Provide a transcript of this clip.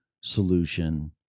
solution